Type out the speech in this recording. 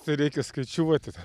tai reikia skaičiuoti